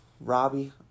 Robbie